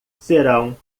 serão